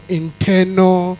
internal